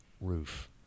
roof